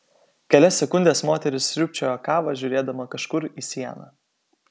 kelias sekundes moteris sriūbčiojo kavą žiūrėdama kažkur į sieną